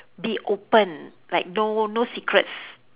be open like no no secrets